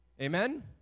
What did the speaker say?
Amen